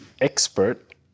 Expert